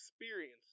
Experience